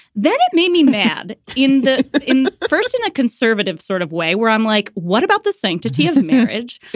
then it made me mad in the in the first in a conservative sort of way where i'm like, what about the sanctity of marriage?